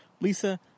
Lisa